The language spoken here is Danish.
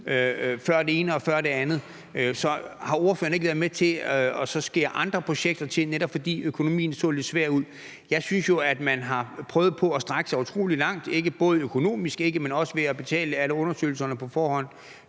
før det ene og før det andet. Har ordføreren ikke været med til at skære andre projekter til, netop fordi økonomien så lidt svært ud? Jeg synes jo, at man har prøvet på at strække sig utrolig langt, både økonomisk, men også ved at betale for alle undersøgelserne på forhånd.